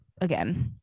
again